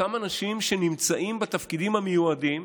אותם אנשים שנמצאים בתפקידים המיועדים,